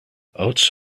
oats